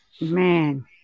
man